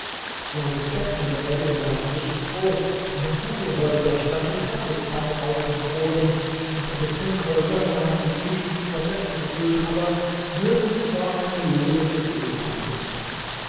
vor den bäckerläden lag frisches brot in den kaffeehäusern stand die kaffeepfanne auf den kohlen und in den trinkhäusern waren die tische mit sorbetten gefüllt aber nirgends war eine lebende seele anzutreffen